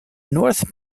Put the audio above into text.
north